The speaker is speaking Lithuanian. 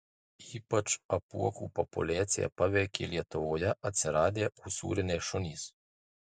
ypač apuokų populiaciją paveikė lietuvoje atsiradę usūriniai šunys